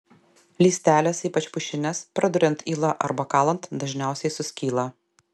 lystelės ypač pušinės praduriant yla arba kalant dažniausiai suskyla